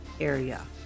area